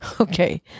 Okay